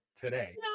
today